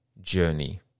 journey